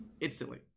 instantly